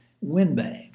windbag